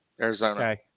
Arizona